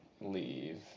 leave